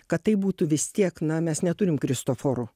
kad tai būtų vis tiek na mes neturim kristoforų